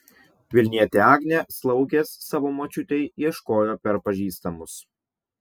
vilnietė agnė slaugės savo močiutei ieškojo per pažįstamus